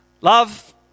Love